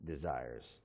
desires